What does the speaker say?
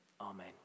amen